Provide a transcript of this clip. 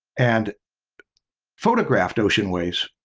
and photographed ocean waves,